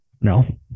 No